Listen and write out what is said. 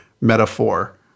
metaphor